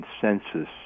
consensus